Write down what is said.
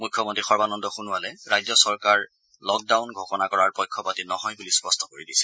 মুখ্যমন্ত্ৰী সৰ্বানন্দ সোণোৱালে ৰাজ্য চৰকাৰ লকডাউন ঘোষণা কৰাৰ পক্ষপাটি নহয় বুলি স্পষ্ট কৰি দিছে